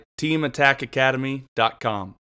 teamattackacademy.com